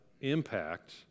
impact